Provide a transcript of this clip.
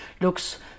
looks